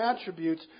attributes